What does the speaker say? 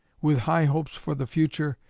with high hope for the future,